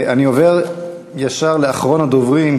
אני עובר ישר לאחרון הדוברים,